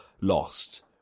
lost